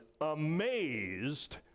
amazed